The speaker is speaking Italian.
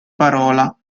parola